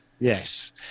Yes